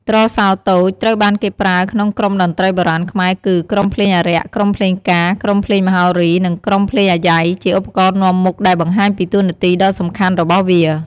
ទ្រសោតូច ត្រូវបានគេប្រើក្នុងក្រុមតន្ត្រីបុរាណខ្មែរគឺ ក្រុមភ្លេងអារក្ស ក្រុមភ្លេងការ ក្រុមភ្លេងមហោរី និងក្រុមភ្លេងអាយ៉ៃ ជាឧបករណ៍នាំមុខ ដែលបង្ហាញពីតួនាទីដ៏សំខាន់របស់វា។